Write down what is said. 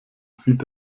sieht